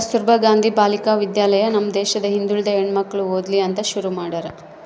ಕಸ್ತುರ್ಭ ಗಾಂಧಿ ಬಾಲಿಕ ವಿದ್ಯಾಲಯ ನಮ್ ದೇಶದ ಹಿಂದುಳಿದ ಹೆಣ್ಮಕ್ಳು ಓದ್ಲಿ ಅಂತ ಶುರು ಮಾಡ್ಯಾರ